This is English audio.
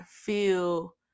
feel